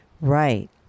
Right